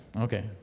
Okay